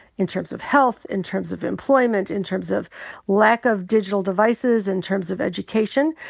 in terms of health, in terms of employment, in terms of lack of digital devices, in terms of education.